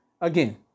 Again